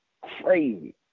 crazy